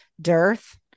dearth